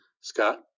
Scott